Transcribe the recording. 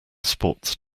sports